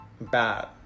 bad